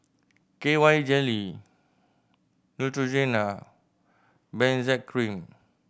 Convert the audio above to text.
K Y Jelly Neutrogena Benzac Cream